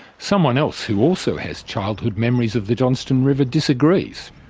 someone else who also has childhood memories of the johnstone river disagrees.